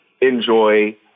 enjoy